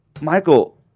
Michael